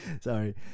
Sorry